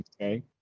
Okay